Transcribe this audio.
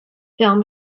film